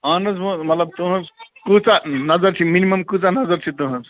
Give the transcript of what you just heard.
اہن حظ وں مطلب تُہٕنٛز کۭژاہ نظر چھِ مِنمَم کۭژاہ نظر چھِ تُہٕنٛز